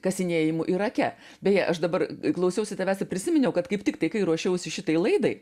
kasinėjimų irake beje aš dabar klausiausi tavęs ir prisiminiau kad kaip tiktai kai ruošiausi šitai laidai